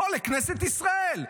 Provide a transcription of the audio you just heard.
בוא לכנסת ישראל.